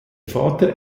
vater